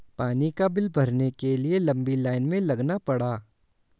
पानी का बिल भरने के लिए लंबी लाईन में लगना पड़ा